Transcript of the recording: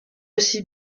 aussi